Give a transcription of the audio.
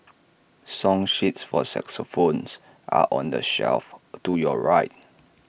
song sheets for phones are on the shelf to your right